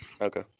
Okay